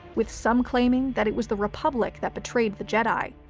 with some claiming that it was the republic that betrayed the jedi,